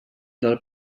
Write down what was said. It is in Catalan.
del